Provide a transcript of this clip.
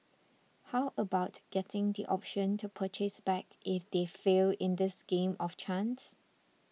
how about getting the Option to Purchase back if they fail in this game of chance